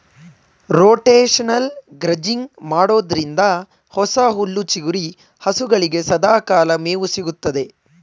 rotational grazing ಮಾಡೋದ್ರಿಂದ ಹೊಸ ಹುಲ್ಲು ಚಿಗುರಿ ಹಸುಗಳಿಗೆ ಸದಾಕಾಲ ಮೇವು ಸಿಗುತ್ತದೆ